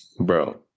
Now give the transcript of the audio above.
Bro